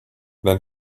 then